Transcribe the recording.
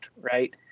Right